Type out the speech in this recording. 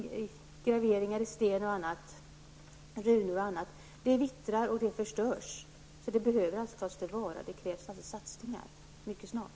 Graveringar i sten, runor och annat, vittrar och förstörs. Dessa föremål måste tas till vara, och det behövs satsningar mycket snart.